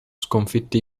sconfitti